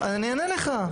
אני אענה לך.